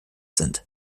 sind